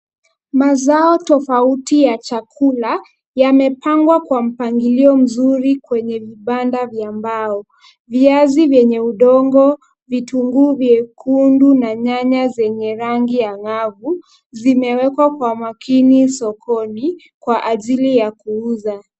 Mazao tofauti ya chakula yamepangwa kwa mpangilio mzuri kwenye vibanda vya mbao. Viazi vyenye udongo, vitunguu vyekundu na nyanya zenye rangi ya ng'avu, zimewekwa kwa makini sokoni, kwa ajili ya kuuza.